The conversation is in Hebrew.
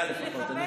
היה לפחות.